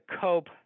cope